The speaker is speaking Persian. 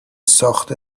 ساخت